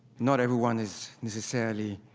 not everyone is necessarily